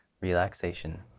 relaxation